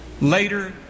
Later